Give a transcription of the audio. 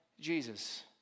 Jesus